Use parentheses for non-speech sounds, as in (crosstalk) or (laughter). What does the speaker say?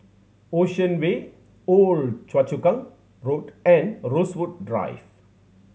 Ocean Way (unintelligible) Choa Chu Kang Road and Rosewood Drive